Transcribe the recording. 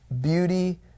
Beauty